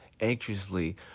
anxiously